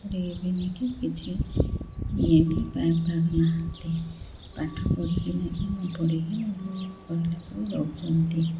ପଢ଼ି ବି ନାଇଁ କିି କିଛି ଇଏ ବି ପାରୁନାହାଁନ୍ତି ପାଠ ପଢ଼ିକି ବି ନ ପଢ଼ିକି ନ ରହିଲା ପରି ରହୁଛନ୍ତି